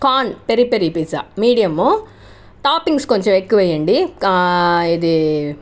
corn peri peri pizza medium toppings కొంచెం ఎక్కువెయ్యండి ఇది